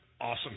Awesome